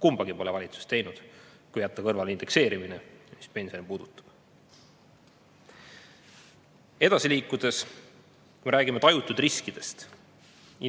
Kumbagi pole valitsus teinud, kui jätta kõrvale indekseerimine, mis pensione puudutab. Liigun edasi. Kui me räägime tajutavatest riskidest,